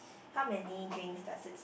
how many drinks does it